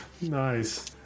Nice